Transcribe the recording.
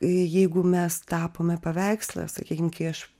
jeigu mes tapome paveikslą sakykim kai aš